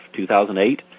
2008